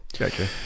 Okay